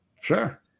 sure